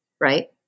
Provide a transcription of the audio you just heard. right